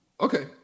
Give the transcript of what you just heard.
Okay